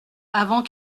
avant